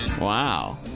Wow